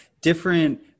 different